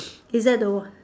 is that the